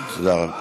תודה.